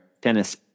Dennis